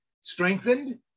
strengthened